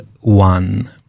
one